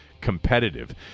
competitive